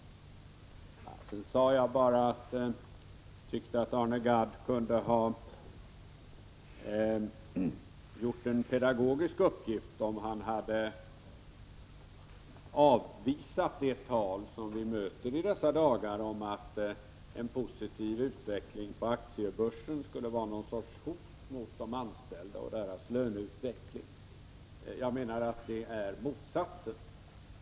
Jag tycker att Arne Gadd kunde ha fyllt en pedagogisk uppgift genom att avvisa det tal som vi möter i dessa dagar om att en positiv utveckling på aktiebörsen skulle utgöra något slags hot mot de anställda och deras löneutveckling. Jag menar att det är motsatsen.